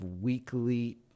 weekly